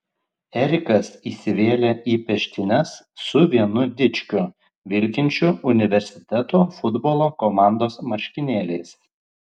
erikas įsivėlė į peštynes su vienu dičkiu vilkinčiu universiteto futbolo komandos marškinėliais